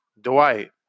Dwight